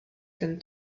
ten